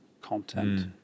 content